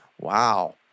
Wow